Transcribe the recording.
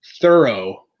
thorough